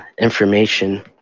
information